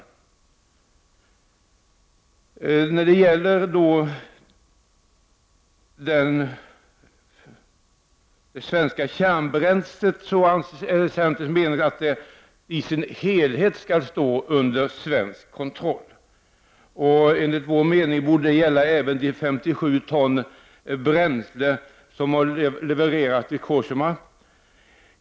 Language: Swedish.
Centern menar vidare att det svenska kärnbränslet i sin helhet skall stå under svensk kontroll, och detta borde även gälla de 57 ton bränsle som har levererats till Cogéma.